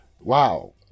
Wow